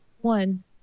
One